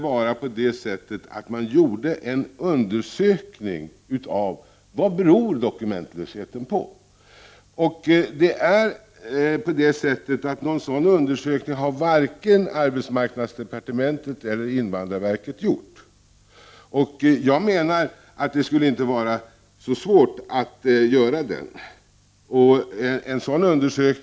Om så är fallet borde en undersökning göras om vad dokumentlösheten beror på. Någon sådan undersökning har varken arbetsmarknadsdepartementet eller invandrarverket gjort. Det skulle inte vara så svårt att göra en sådan undersökning.